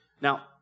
Now